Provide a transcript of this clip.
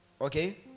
Okay